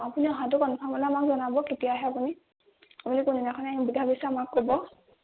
আপুনি অহাতো কনফৰ্ম হ'লে আমাক জনাব কেতিয়া আহে আপুনি আপুনি কোনদিনাখনি আহিম বুলি ভাবিছে আমাক ক'ব